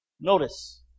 Notice